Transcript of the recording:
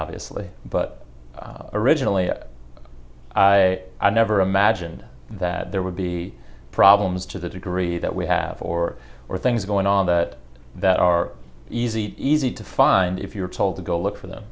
obviously but originally i never imagined that there would be problems to the degree that we have or or things going on that that are easy easy to find if you're told to go look for